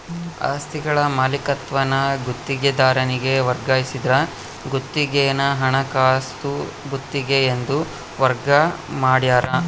ಆಸ್ತಿಗಳ ಮಾಲೀಕತ್ವಾನ ಗುತ್ತಿಗೆದಾರನಿಗೆ ವರ್ಗಾಯಿಸಿದ್ರ ಗುತ್ತಿಗೆನ ಹಣಕಾಸು ಗುತ್ತಿಗೆ ಎಂದು ವರ್ಗ ಮಾಡ್ಯಾರ